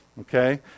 okay